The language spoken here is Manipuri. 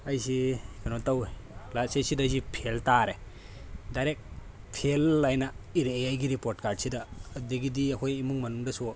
ꯑꯩꯁꯦ ꯀꯩꯅꯣ ꯇꯧꯏ ꯀ꯭ꯂꯥꯁ ꯑꯩꯠꯁꯤꯗ ꯑꯩꯁꯦ ꯐꯦꯜ ꯇꯥꯔꯦ ꯗꯥꯏꯔꯦꯛ ꯐꯦꯜ ꯍꯥꯏꯅ ꯏꯔꯛꯑꯦ ꯑꯩꯒꯤ ꯔꯤꯄꯣꯔꯠ ꯀꯥꯔꯠꯁꯤꯗ ꯑꯗꯨꯗꯒꯤꯗꯤ ꯑꯩꯈꯣꯏ ꯏꯃꯨꯡ ꯃꯅꯨꯡꯗꯁꯨ